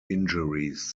injuries